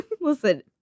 Listen